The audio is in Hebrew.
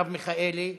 מרב מיכאלי,